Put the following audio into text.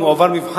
אם הוא עבר מבחן,